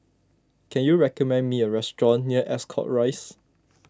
can you recommend me a restaurant near Ascot Rise